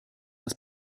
das